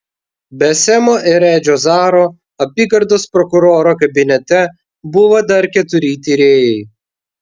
be semo ir edžio zaro apygardos prokuroro kabinete buvo dar keturi tyrėjai